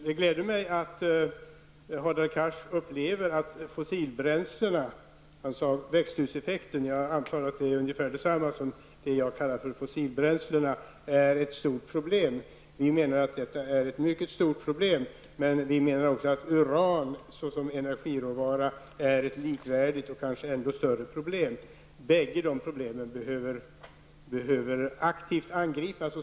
Det gläder mig att Hadar Cars upplever att fossilbränslena -- han sade växthuseffekten, men jag antar att det är ungefär detsamma som det jag kallade för fossilbränslena -- är ett stort problem. Vi menar att detta är ett mycket stort problem, men vi menar också att uran som energiråvara är ett likvärdigt och kanske ännu större problem. Båda dessa problemen behöver aktivt angripas.